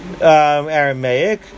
Aramaic